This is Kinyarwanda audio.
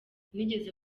nigeze